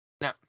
No